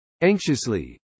Anxiously